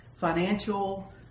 financial